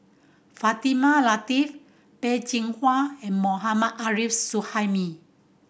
Fatimah Lateef Peh Chin Hua and Mohammad Arif Suhaimi